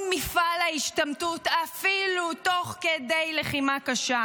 מפעל השתמטות אפילו תוך כדי לחימה קשה,